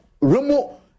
Remo